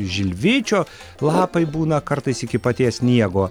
žilvičio lapai būna kartais iki paties sniego